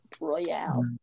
Royale